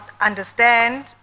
understand